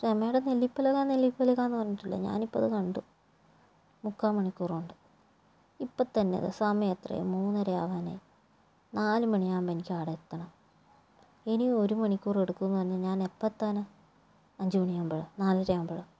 ക്ഷമയുടെ നെല്ലിപ്പലക നെല്ലിപ്പലക എന്ന് പറഞ്ഞിട്ടില്ലേ ഞാനിപ്പം അത് കണ്ടു മുക്കാൽ മണിക്കൂറുകൊണ്ട് ഇപ്പോൾ തന്നെ ദേ സമയം എത്രയായി മൂന്നര ആവാനായി നാല് മണിയാവുമ്പോൾ എനിക്ക് അവിടെ എത്തണം ഇനി ഒരു മണിക്കൂർ എടുക്കുമെന്ന് പറഞ്ഞാൽ ഞാനെപ്പോൾ എത്താനാണ് അഞ്ചു മണിയാവുമ്പോഴോ നാലര ആവുമ്പോഴോ